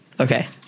okay